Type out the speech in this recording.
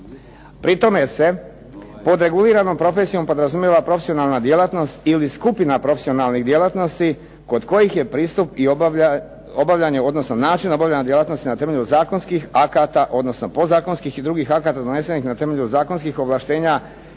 Pri tome se pod reguliranom profesijom podrazumijeva profesionalna djelatnost ili skupina profesionalnih djelatnosti kod kojih je pristup i obavljanje, odnosno način obavljanja djelatnosti na temelju zakonskih akata, odnosno podzakonskih i drugih akata donesenih na temelju zakonskih ovlaštenja